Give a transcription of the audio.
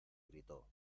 gritó